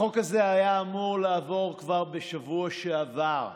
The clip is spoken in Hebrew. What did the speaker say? החוק הזה היה אמור לעבור כבר בשבוע שעבר.